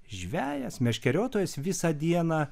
žvejas meškeriotojas visą dieną